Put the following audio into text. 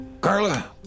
Carla